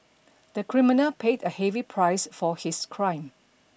the criminal paid a heavy price for his crime